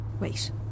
Wait